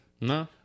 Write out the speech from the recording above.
No